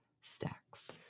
Stacks